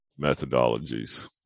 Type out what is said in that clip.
methodologies